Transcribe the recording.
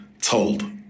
told